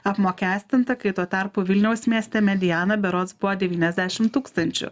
apmokestinta kai tuo tarpu vilniaus mieste mediana berods buvo devyniasdešim tūkstančių